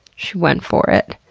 she went for it.